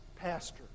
pastor